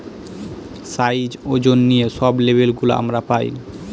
size, ওজন নিয়ে সব লেবেল গুলো আমরা পায়